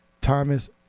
thomas